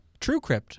TrueCrypt